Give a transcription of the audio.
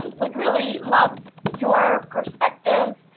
um would really love your perspective